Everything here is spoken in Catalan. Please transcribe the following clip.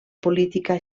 política